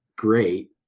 great